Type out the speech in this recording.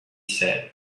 said